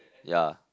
ya